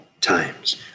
times